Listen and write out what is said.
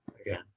again